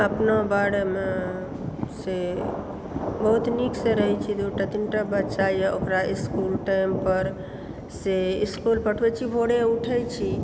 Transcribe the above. अपना बारेमे से बहुत नीकसँ रहैत छी दुटा तीनटा बच्चाए ओकरा इस्कूल टाइमपर से इस्कूल पठबैत छी भोरे उठय छी